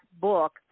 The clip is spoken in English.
book